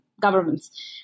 governments